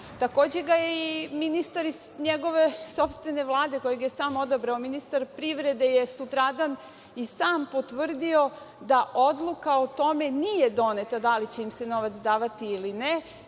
Takođe ga je i ministar iz njegove sopstvene Vlade, kojeg je sam odabrao, ministar privrede je sutradan i sam potvrdio da odluka o tome nije doneta, da li će im se novac davati ili ne,